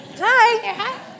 Hi